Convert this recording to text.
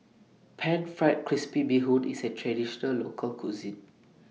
Pan Fried Crispy Bee Hoon IS A Traditional Local Cuisine